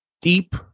Deep